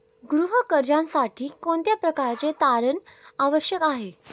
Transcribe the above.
गृह कर्जासाठी कोणत्या प्रकारचे तारण आवश्यक आहे?